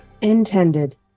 intended